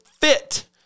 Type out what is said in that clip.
fit